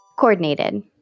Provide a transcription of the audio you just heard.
Coordinated